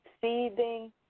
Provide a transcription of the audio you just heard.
seething